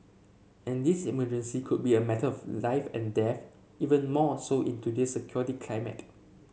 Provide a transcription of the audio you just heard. and this emergency could be a matter of life and death even more so in today's security climate